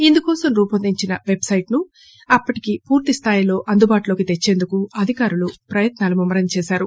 ఇందుకోసం రూపొందించిన పెబ్సైట్ను అప్పటికి పూర్తిస్దాయిలో అందుబాటులోకి తెచ్చేందుకు అధికారులు ప్రయత్నాలు ముమ్మరం చేశారు